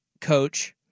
coach